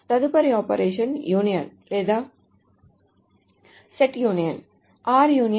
తదుపరి operation union లేదా set union